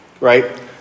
right